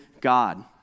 God